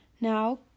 Now